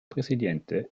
presidente